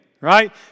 right